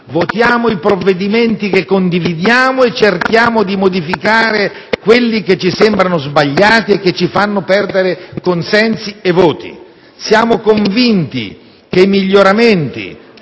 Votiamo i provvedimenti che condividiamo e cerchiamo di modificare quelli chi ci sembrano sbagliati e ci fanno perdere consensi e voti. Siamo convinti che i miglioramenti,